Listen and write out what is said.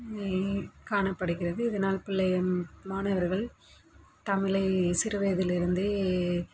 காணப்படுகிறது இதனால் பிள்ளைகள் மாணவர்கள் தமிழை சிறுவயதிலிருந்தே